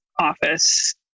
office